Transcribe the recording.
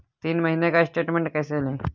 तीन महीने का स्टेटमेंट कैसे लें?